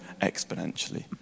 exponentially